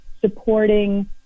supporting